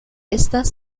estas